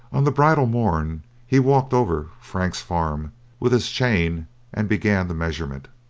on the bridal morn he walked over frank's farm with his chain and began the measurement,